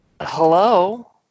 hello